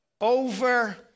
over